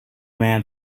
man